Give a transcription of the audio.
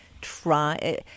try